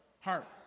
Heart